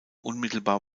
unmittelbar